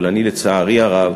אבל אני לצערי הרב